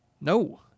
No